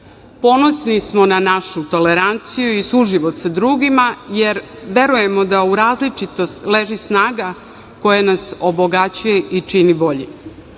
Ponosni smo na našu toleranciju i suživot sa drugima jer verujemo da u različitosti leži snaga koja nas obogaćuje i čini